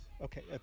Okay